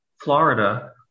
Florida